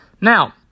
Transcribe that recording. Now